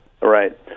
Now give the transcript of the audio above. Right